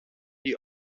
die